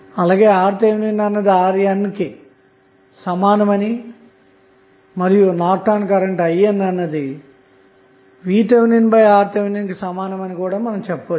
కాబట్టి RTh అన్నది RN కి సమానమని మరియునార్టన్ కరెంట్ IN అన్నది VThRThకి సమానమని చెప్పవచ్చు